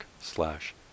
slash